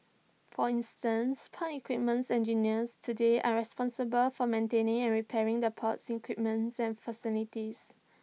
for instance port equipments engineers today are responsible for maintaining and repairing the port's equipments and facilities